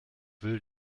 will